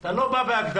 אתה לא בא בהגדרות,